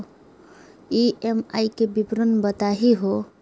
EMI के विवरण बताही हो?